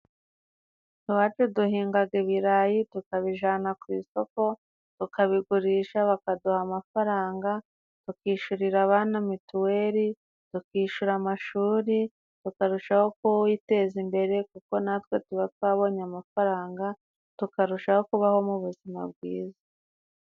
Iwacu duhingaga ibirayi tukabijyana ku isoko bakabigurisha bakaduha amafaranga bakishyurira abanana mituweli bakishyura amashuri bakarushaho kwiteza imbere kuko natwe tuba twabonye amafaranga tukarushaho kubaho mu buzima bwiza.